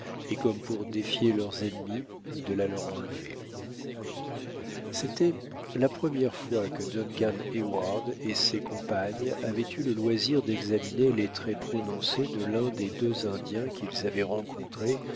et comme pour défier leurs ennemis de la leur enlever c'était la première fois que duncan heyward et ses compagnes avaient eu le loisir d'examiner les traits prononcés de l'un des deux indiens qu'ils avaient rencontrés